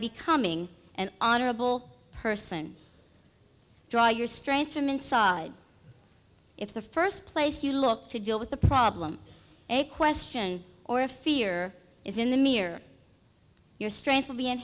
becoming an honorable person draw your strength from inside it's the first place you look to deal with the problem a question or a fear is in the mirror your strength will be